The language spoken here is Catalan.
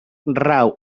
rau